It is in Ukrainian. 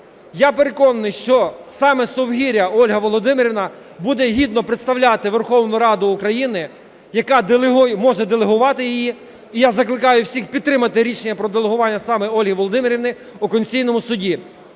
Я переконаний, що саме Совгиря Ольга Володимирівна буде гідно представляти Верховну Раду України, яка може делегувати її. І я закликаю всіх підтримати рішення про делегування саме Ольги Володимирівни у Конституційному Суді.